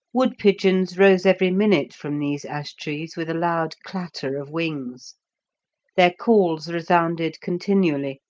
wood-pigeons rose every minute from these ash-trees with a loud clatter of wings their calls resounded continually,